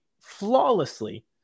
flawlessly